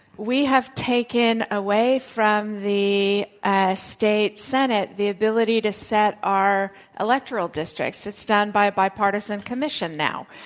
we have taken away from the ah state senate the ability to set our electoral districts. it's done by a bipartisan commission now,